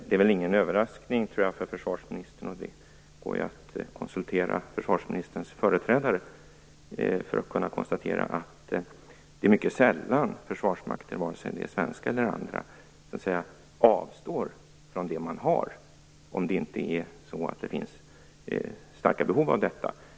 Det är väl ingen överraskning för försvarsministern - det går ju att också konsultera försvarsministerns företrädare för att kunna konstatera det - att det är mycket sällan försvarsmakten, vare sig det gäller den svenska försvarsmakten eller andra länders, avstår från det man har om det inte finns starka behov av detta.